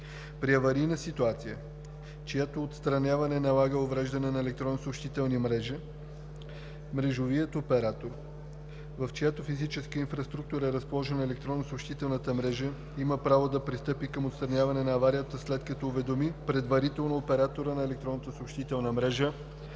При аварийна ситуация, чието отстраняване налага увреждане на електронна съобщителна мрежа, мрежовият оператор, в чиято физическа инфраструктура е разположена електронна съобщителна мрежа, има право да пристъпи към отстраняване на аварията, след като уведоми предварително оператора на електронната съобщителна мрежа